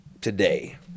today